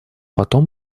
потом